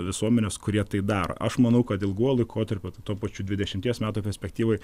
visuomenės kurie tai daro aš manau kad ilguoju laikotarpiu tuo pačiu dvidešimties metų perspektyvoj